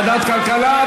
ועדת הכלכלה?